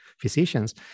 physicians